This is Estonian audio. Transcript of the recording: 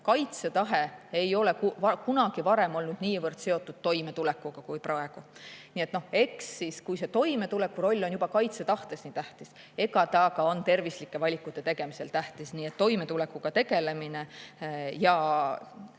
kaitsetahe ei ole kunagi varem olnud niivõrd seotud toimetulekuga kui praegu. No eks siis, kui see toimetuleku roll on juba kaitsetahtes nii tähtis, on ta ka tervislike valikute tegemisel tähtis. Nii et toimetulekuga tegelemine ja